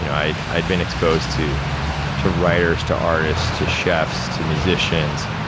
you know i'd i'd been exposed to to writers, to artists, to chefs, to musicians,